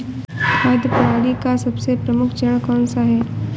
खाद्य प्रणाली का सबसे प्रमुख चरण कौन सा है?